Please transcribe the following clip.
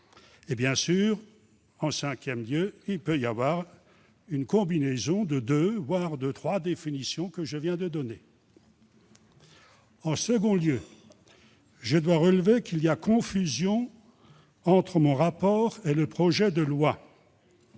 bien sûr, y avoir une combinaison de deux, voire de trois des définitions que je viens de donner. En deuxième lieu, je dois relever qu'il y a confusion entre mon rapport et le projet de loi.